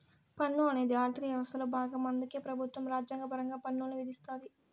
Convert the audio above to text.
పన్ను అనేది ఆర్థిక యవస్థలో బాగం అందుకే పెబుత్వం రాజ్యాంగపరంగా పన్నుల్ని విధిస్తాది